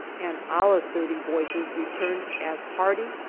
and our thirty voices returned as hearty,